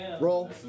Roll